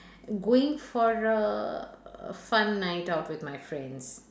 going for a a fun night out with my friends